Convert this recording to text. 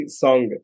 song